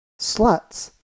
Sluts